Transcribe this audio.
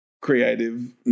creative